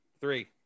three